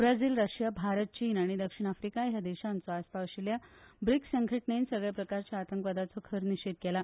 Brazil Russia Bharat चीन आनी दक्षीण आफ्रिका ह्या देशांचो आसपाव आशिल्ल्या ब्रिक्स संघटणेन सगल्या प्रकारच्या आतंकवादाचो खर निशेध केला